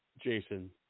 Jason